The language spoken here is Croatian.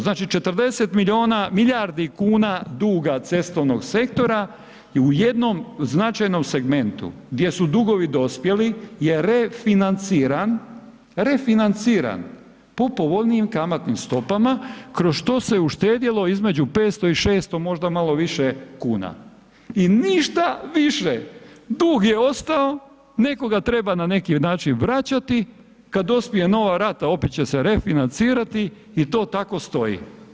Znači 40 milijuna, milijardi kuna duga cestovnog sektora i u jednom značajnom segmentu gdje su dugovi dospjeli je refinanciran, refinanciran po povoljnijim kamatnim stopama kroz što se uštedjelo između 500 i 600 možda možda malo više kuna i ništa više, dug je ostao, neko ga treba na neki način vraćati, kad dospije nova rata opet će se refinancirati i to tako stoji.